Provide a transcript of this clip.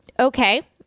okay